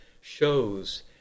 shows